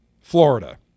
Florida